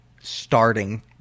starting